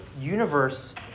universe